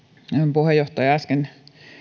puheenjohtaja äsken